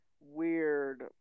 weird